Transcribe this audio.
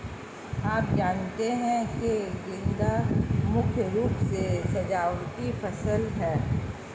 आप जानते ही है गेंदा मुख्य रूप से सजावटी फसल है